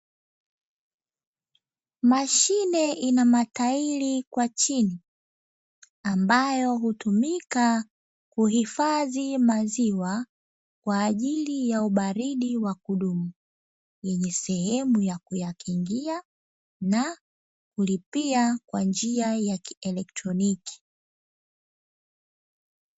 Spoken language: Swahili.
Mashine inamatari kwa chini ambayo hutumika kuhifadhi maziwa kwa ajili ya ubaridi wa kudumu, yenye sehemu ya kuyakingia na kulipia kwa njia ya kielotroniki.